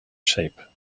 shape